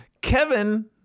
kevin